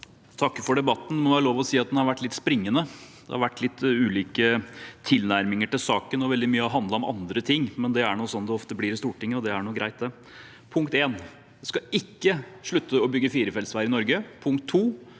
takker for debatten. Det må være lov å si at den har vært litt springende. Det har vært litt ulike tilnærminger til saken, og veldig mye har handlet om andre ting, men det er ofte slik det blir i Stortinget, og det er greit. Punkt 1: Vi skal ikke slutte å bygge firefelts veier i Norge. Punkt 2: